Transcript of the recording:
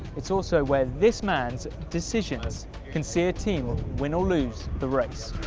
it's also where this man's decisions can see a team win or lose the race.